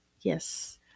Yes